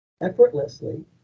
effortlessly